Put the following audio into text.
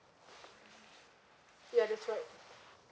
ya that's right